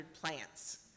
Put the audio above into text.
plants